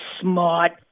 smart